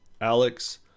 Alex